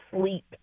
sleep